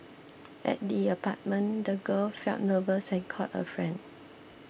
at the apartment the girl felt nervous and called a friend